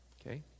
okay